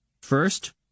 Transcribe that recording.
First